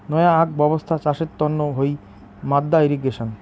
নয়া আক ব্যবছ্থা চাষের তন্ন হই মাদ্দা ইর্রিগেশন